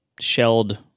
shelled